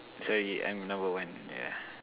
so I'm number one yeah